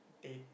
dead